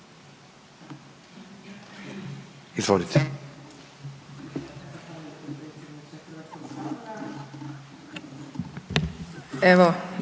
Izvolite.